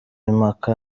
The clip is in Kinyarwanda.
impaka